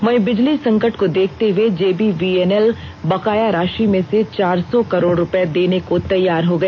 वहीं बिजली संकट को देखते हुए जेबीवीएनएल बकाया राषि में से चार सौं करोड़ रूपये देने को तैयार हो गया